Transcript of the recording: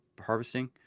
harvesting